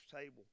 table